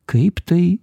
kaip tai